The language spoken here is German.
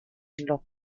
loch